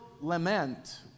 lament